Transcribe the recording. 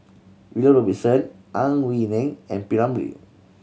William Robinson Ang Wei Neng and P Ramlee